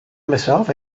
myself